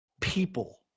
People